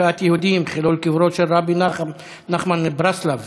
הכאת יהודים וחילול קברו של רבי נחמן מברסלב